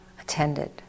attended